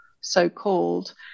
so-called